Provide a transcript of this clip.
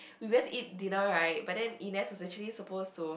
we went to eat dinner right but then Ernest is actually supposed to